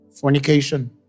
fornication